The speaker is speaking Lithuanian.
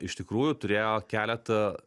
iš tikrųjų turėjo keletą